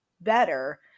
better